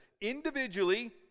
individually